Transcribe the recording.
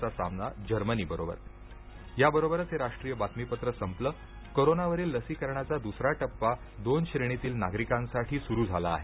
याबरोबरच हे राष्ट्रीय बातमीपत्र संपलं कोरोनावरील लसीकरणाचा दुसरा टप्पा दोन श्रेणीतील नागरिकांसाठी सुरु झाला आहे